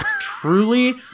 truly